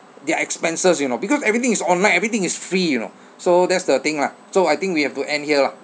their expenses you know because everything is online everything is free you know so that's the thing lah so I think we have to end here lah